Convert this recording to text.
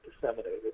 disseminated